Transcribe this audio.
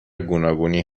گوناگونی